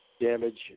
damage